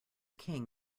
king